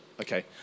Okay